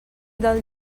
del